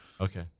Okay